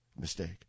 mistake